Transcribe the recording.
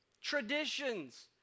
traditions